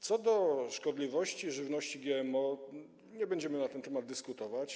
Co do szkodliwości żywności GMO nie będziemy na ten temat dyskutować.